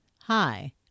Hi